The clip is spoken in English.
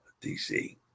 DC